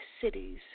cities